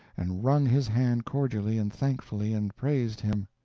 and wrung his hand cordially and thankfully, and praised him.